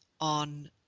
on